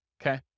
Okay